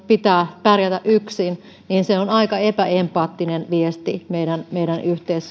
pitää pärjätä yksin on aika epäempaattinen viesti meidän meidän